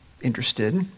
interested